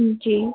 जी